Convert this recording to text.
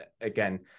again